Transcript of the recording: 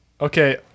okay